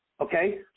Okay